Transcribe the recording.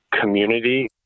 community